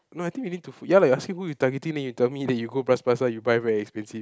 no I think we need ya lah you asking who you targeting then you tell me that you go Bras-Basah you buy very expensive